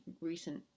recent